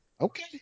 Okay